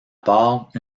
part